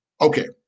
Okay